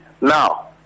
now